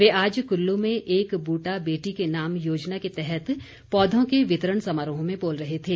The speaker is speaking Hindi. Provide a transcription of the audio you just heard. वे आज कुल्लू में एक बूटा बेटी के नाम योजना के तहत पौधों के वितरण समारोह में बोल रहे थे